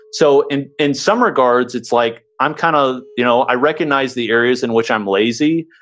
so in in some regards, it's like i'm kind of, you know i recognize the areas in which i'm lazy,